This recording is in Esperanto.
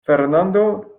fernando